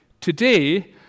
Today